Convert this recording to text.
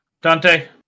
Dante